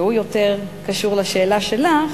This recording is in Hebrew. והוא יותר קשור לשאלה שלך,